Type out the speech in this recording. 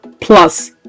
Plus